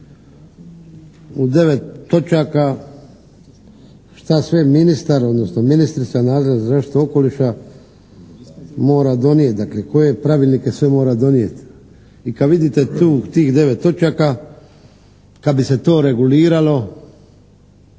u devet točaka šta sve ministar odnosno ministrica nadležna za zaštitu okoliša mora donijeti, dakle koje pravilnike sve mora donijeti i kad vidite tih devet točaka, kad bi se to reguliralo